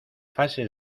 fases